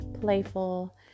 playful